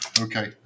Okay